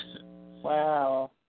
Wow